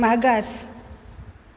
मागास